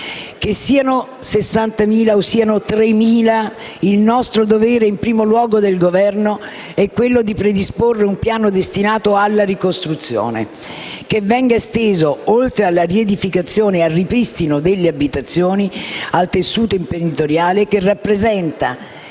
Che siano 60.000 o 3.000, il nostro dovere, in primo luogo del Governo, è quello di predisporre un piano destinato alla ricostruzione, che venga esteso, oltre alla riedificazione e al ripristino delle abitazioni, al tessuto imprenditoriale, che rappresenta